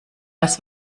das